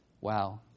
Wow